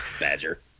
Badger